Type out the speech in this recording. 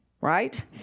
Right